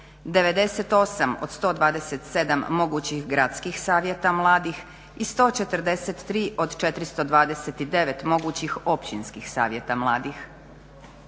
98 od 127 mogućih gradskih savjeta mladih i 143 od 429 mogućih općinskih savjeta mladih.